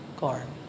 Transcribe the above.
corn